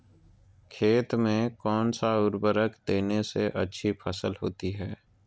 खेत में कौन सा उर्वरक देने से अच्छी फसल होती है?